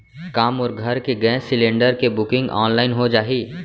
का मोर घर के गैस सिलेंडर के बुकिंग ऑनलाइन हो जाही?